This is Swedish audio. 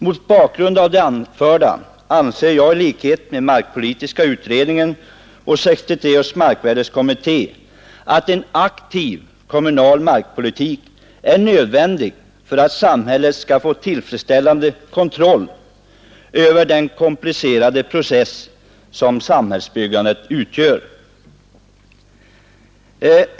Mot bakgrund av det anförda anser jag i likhet med markpolitiska utredningen och 1963 års markvärdekommitté att en aktiv kommunal markpolitik är nödvändig för att samhället skall få tillfredsställande kontroll över den komplicerade process som samhällsbyggandet utgör.